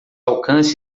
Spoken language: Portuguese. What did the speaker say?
alcance